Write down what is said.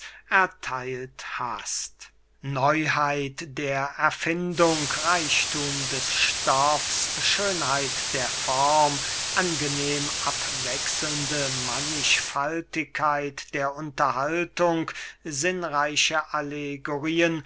ertheilt hast neuheit der erfindung reichthum des stoffs schönheit der form angenehm abwechselnde mannigfaltigkeit der unterhaltung sinnreiche allegorien